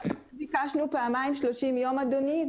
ביקשנו פעמיים 30 יום, אדוני.